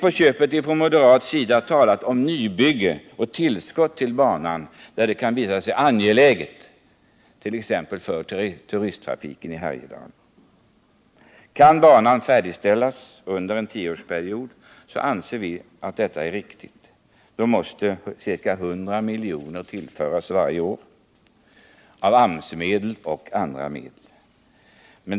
Vi har från moderat sida till på köpet talat om nybyggnad och tillskott till banan där det kan visa sig angeläget, t.ex. för turisttrafiken i Härjedalen. Kan banan färdigställas under en tioårsperiod, anser vi att det är bra. Då måste ca 100 milj.kr. tillföras varje år, av AMS-pengar och andra medel.